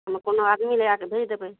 एहिमे कोनो आदमी लगा कऽ भेज देबै